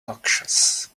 noxious